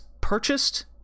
purchased